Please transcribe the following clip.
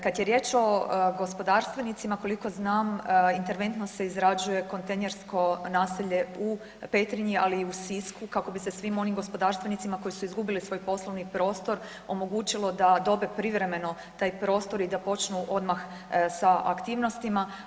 Kada je riječ o gospodarstvenicima, koliko znam interventno se izrađuje kontejnersko naselje u Petrinji, ali i u Sisku kako bi se svim onim gospodarstvenicima koji su izgubili svoj poslovni prostor omogućilo da dobe privremeno taj prostor i da počnu odmah sa aktivnostima.